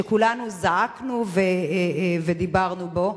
שכולנו זעקנו ודיברנו בו.